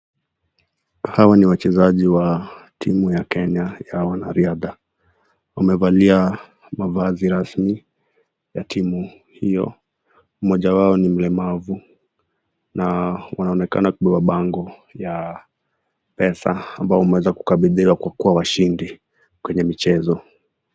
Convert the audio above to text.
Hawa ni wachezaji wa timu ya Kenya ya wanariatha, wamevalia mavazi rasmi ya timu hiyo. Mmoja wao ni mlemavu na wanaonekana kubeba bango ya pesa ambao wameweza kukabidhiwa kwa kuwa washindi kwenye michezo.